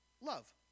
love